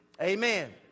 Amen